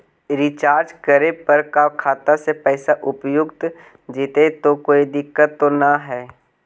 Recharge करे पर का खाता से पैसा उपयुक्त जितै तो कोई दिक्कत तो ना है?